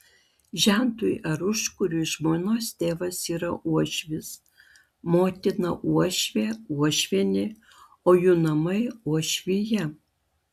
žentui ar užkuriui žmonos tėvas yra uošvis motina uošvė uošvienė o jų namai uošvija